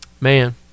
Man